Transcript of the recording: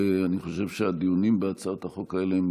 אני חושב שהדיונים בהצעות החוק האלה,